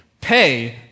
pay